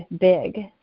big